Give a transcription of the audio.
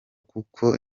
kuko